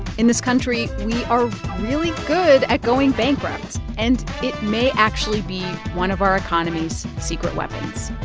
in this country, we are really good at going bankrupt, and it may actually be one of our economy's secret weapons